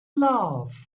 love